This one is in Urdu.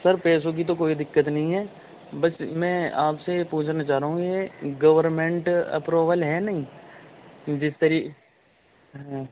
سر پیسوں کی تو کوئی دقت نہیں ہے بس میں آپ سے یہ پوچھنا چاہ رہا ہوں یہ گورنمنٹ اپروول ہے نہیں جس طرح ہاں